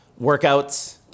workouts